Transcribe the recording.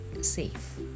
safe